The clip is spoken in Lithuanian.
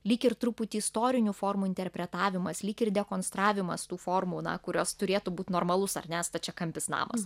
lyg ir truputį istorinių formų interpretavimas lyg ir dekonstravimas tų formų kurios turėtų būt normalus ar ne stačiakampis namas